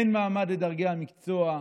אין מעמד לדרגי המקצוע,